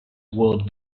would